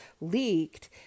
leaked